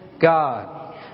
God